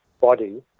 body